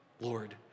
Lord